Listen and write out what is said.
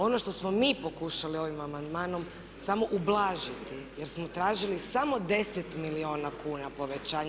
Ono što smo mi pokušali ovim amandmanom samo ublažiti, jer smo tražili samo 10 milijuna kuna povećanja.